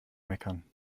meckern